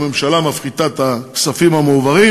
הממשלה מפחיתה את הכספים המועברים,